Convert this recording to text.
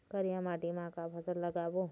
करिया माटी म का फसल लगाबो?